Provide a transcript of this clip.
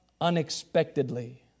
unexpectedly